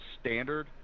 standard